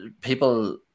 People